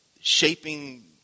shaping